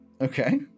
okay